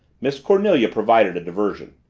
miss cornelia provided a diversion.